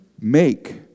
make